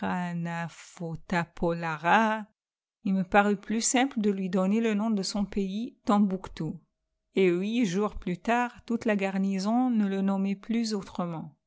il me parut plus simple de lui donner le nom de son pays tombouctou et huit jours plus tard toute la garnison ne le nommait plus autrement